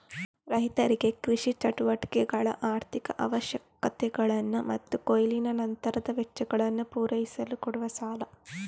ರೈತರಿಗೆ ಕೃಷಿ ಚಟುವಟಿಕೆಗಳ ಆರ್ಥಿಕ ಅವಶ್ಯಕತೆಗಳನ್ನ ಮತ್ತು ಕೊಯ್ಲಿನ ನಂತರದ ವೆಚ್ಚಗಳನ್ನ ಪೂರೈಸಲು ಕೊಡುವ ಸಾಲ